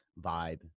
vibe